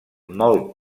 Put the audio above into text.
molt